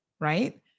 right